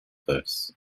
verse